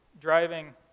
driving